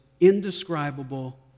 indescribable